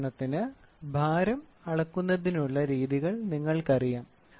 ഉദാഹരണത്തിന് ഭാരം അളക്കുന്നതിനുള്ള രീതികൾ നിങ്ങൾക്കറിയാം